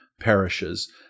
parishes